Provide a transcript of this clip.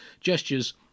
gestures